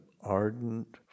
ardent